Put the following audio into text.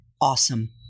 Awesome